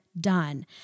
done